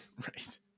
Right